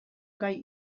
gai